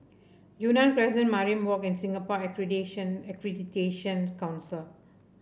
Yunnan Crescent Mariam Walk and Singapore Accreditation Accreditation Council